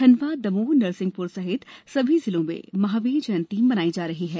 खंडवा दमोह नरसिंहप्र सहित सभी जिलों में महावीर जंयती मनाई जा रही है